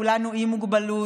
כולנו עם מוגבלות,